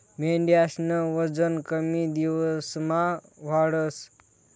मेंढ्यास्नं वजन कमी दिवसमा वाढस